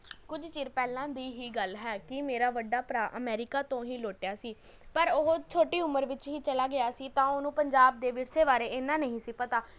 ਕੁਝ ਚਿਰ ਪਹਿਲਾਂ ਦੀ ਹੀ ਗੱਲ ਹੈ ਕਿ ਮੇਰਾ ਵੱਡਾ ਭਰਾ ਅਮੈਰੀਕਾ ਤੋਂ ਹੀ ਲੋਟਿਆ ਸੀ ਪਰ ਉਹ ਛੋਟੀ ਉਮਰ ਵਿੱਚ ਹੀ ਚਲਾ ਗਿਆ ਸੀ ਤਾਂ ਓਹਨੂੰ ਪੰਜਾਬ ਦੇ ਵਿਰਸੇ ਬਾਰੇ ਇੰਨਾਂ ਨਹੀਂ ਸੀ ਪਤਾ